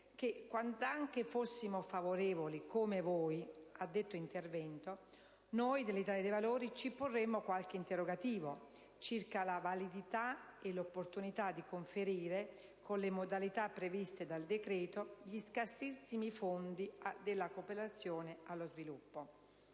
che, quand'anche fossimo favorevoli come voi a detto intervento, noi dell'Italia dei Valori ci porremmo qualche interrogativo circa la validità e l'opportunità di conferire con le modalità previste dal decreto gli scarsissimi fondi della cooperazione allo sviluppo.